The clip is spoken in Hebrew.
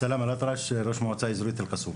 סלאמה אלאטרש, ראש המועצה האזורית אלקסום.